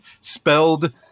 spelled